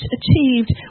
achieved